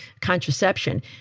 contraception